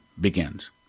begins